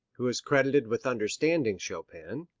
who is credited with understanding chopin,